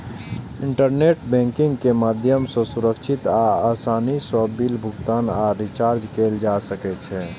internet banking के माध्यम सं सुरक्षित आ आसानी सं बिल भुगतान आ रिचार्ज कैल जा सकै छै